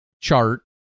chart